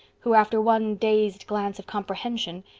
who, after one dazed glance of comprehension,